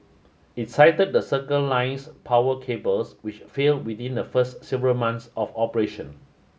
it cited the Circle Line's power cables which failed within the first several months of operation